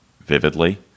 vividly